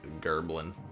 Gerblin